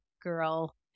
girl